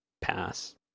Pass